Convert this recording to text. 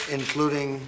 including